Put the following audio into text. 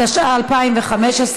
התשע"ה 2015,